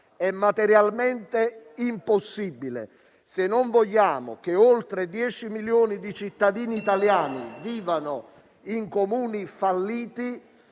è materialmente impossibile e se non vogliamo che oltre 10 milioni di cittadini italiani vivano in Comuni falliti,